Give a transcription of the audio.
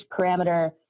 parameter